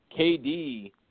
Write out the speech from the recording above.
KD